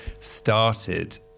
started